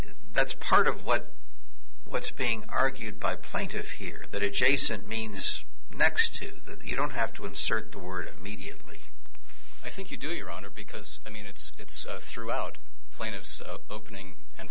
that's part of what what's being argued by plaintiff here that it jason means next to you don't have to insert the word immediately i think you do your honor because i mean it's it's throughout plaintiff's opening and